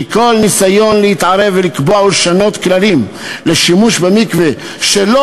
כי כל ניסיון להתערב ולקבוע ולשנות כללים לשימוש במקווה שלא